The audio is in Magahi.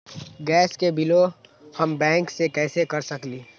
गैस के बिलों हम बैंक से कैसे कर सकली?